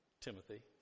Timothy